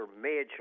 major